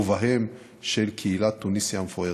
ובהן של קהילת תוניסיה המפוארת.